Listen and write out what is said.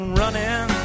running